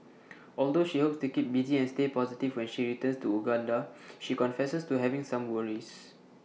although she hopes to keep busy and stay positive when she returns to Uganda she confesses to having some worries